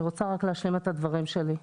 אני רוצה להשלים את הדברים שלי.